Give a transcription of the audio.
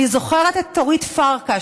אני זוכרת את אורית פרקש,